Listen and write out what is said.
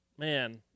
Man